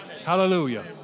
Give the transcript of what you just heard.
Hallelujah